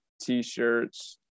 t-shirts